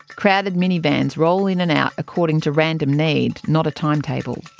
crowded minivans roll in and out according to random need, not a timetable.